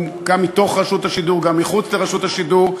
גם מתוך רשות השידור וגם מחוץ לרשות השידור.